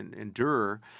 endure